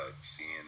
seeing